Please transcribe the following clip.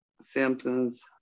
Simpsons